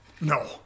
No